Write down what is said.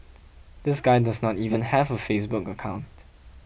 this guy does not even have a Facebook account